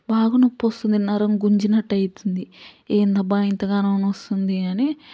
బాగా నొప్పి వస్తుంది నరం గుంజినట్టు అవుతుంది ఏందబ్బా ఇంతగానం నొస్తుంది అనీ